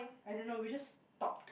I don't know we just talk